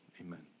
amen